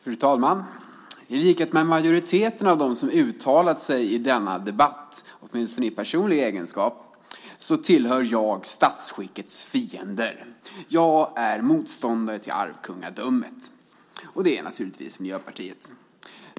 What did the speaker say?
Fru talman! I likhet med majoriteten av dem som uttalat sig i denna debatt, åtminstone i personlig egenskap, tillhör jag statsskickets fiender. Jag är motståndare till arvkungadömet, och det är naturligtvis Miljöpartiet.